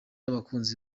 abakunzi